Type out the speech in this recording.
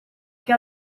che